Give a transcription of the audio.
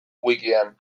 wikian